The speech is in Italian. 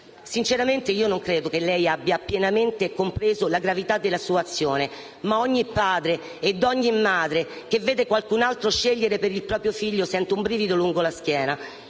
sinceramente: non credo che lei abbia pienamente compreso la gravità della sua azione, ma ogni padre e ogni madre che vede qualcun altro scegliere per il proprio figlio sente un brivido lungo la schiena.